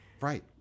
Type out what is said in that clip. right